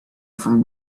from